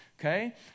Okay